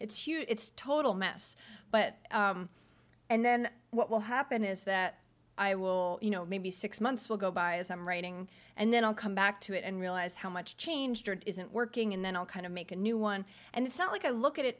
you it's total mess but and then what will happen is that i will you know maybe six months will go by as i'm writing and then i'll come back to it and realize how much changed isn't working and then i'll kind of make a new one and it's not like i look at it